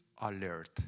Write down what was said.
alert